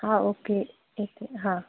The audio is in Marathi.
हा ओके येते हां